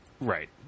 Right